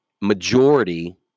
majority